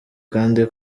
kandi